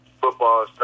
football